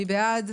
מי בעד?